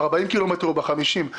ב-40 קילומטרים או ב-50 קילומטרים.